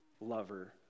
lover